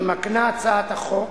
שמקנה הצעת החוק,